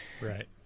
Right